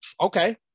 okay